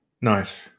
Nice